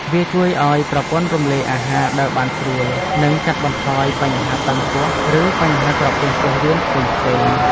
វាជួយឱ្យប្រព័ន្ធរំលាយអាហារដើរបានស្រួល និងកាត់បន្ថយបញ្ហាតឹងពោះ ឬបញ្ហាក្រពះពោះវៀនផ្សេងៗ។